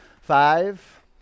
Five